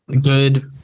good